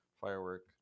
firework